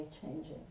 changing